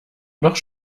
noch